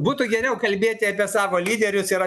būtų geriau kalbėti apie savo lyderius ir